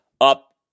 up